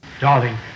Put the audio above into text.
Darling